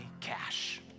cash